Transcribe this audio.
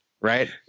right